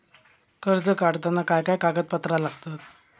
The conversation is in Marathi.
कर्ज काढताना काय काय कागदपत्रा लागतत?